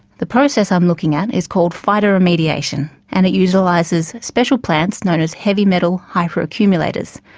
the process i'm looking at is called phytoremediation and it utilises special plants, known as heavy metal hyperaccumulators.